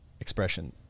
expression